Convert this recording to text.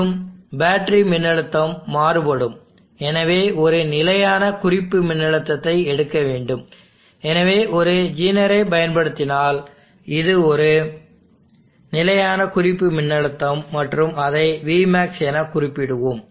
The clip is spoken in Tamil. மேலும் பேட்டரி மின்னழுத்தம் மாறுபடும் எனவே ஒரு நிலையான குறிப்பு மின்னழுத்தத்தை எடுக்க வேண்டும் எனவே ஒரு ஜீனரைப் பயன்படுத்தினால் இது ஒரு நிலையான குறிப்பு மின்னழுத்தம் மற்றும் அதை vmax எனக் குறிப்பிடுவோம்